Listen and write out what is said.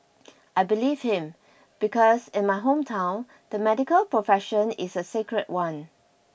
I believed him because in my hometown the medical profession is a sacred one